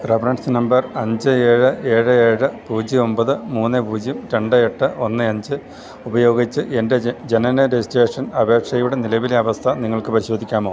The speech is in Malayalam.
റഫറൻസ് നമ്പർ അഞ്ച് ഏഴ് ഏഴ് ഏഴ് പൂജ്യം ഒമ്പത് മൂന്ന് പൂജ്യം രണ്ട് എട്ട് ഒന്ന് അഞ്ച് ഉപയോഗിച്ച് എൻറ്റെ ജനന രജിസ്ട്രേഷൻ അപേക്ഷയുടെ നിലവിലെ അവസ്ഥ നിങ്ങൾക്ക് പരിശോധിക്കാമോ